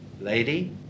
lady